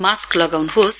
mask लगाउन्होस्